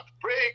break